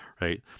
right